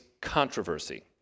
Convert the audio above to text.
controversy